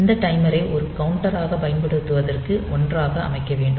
இந்த டைமரை ஒரு கவுண்டராகப் பயன்படுத்துவதற்கு 1 ஆக அமைக்க வேண்டும்